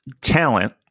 talent